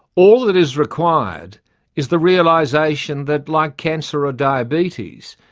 all that is required is the realisation that, like cancer or diabetes,